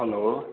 hello